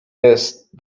jest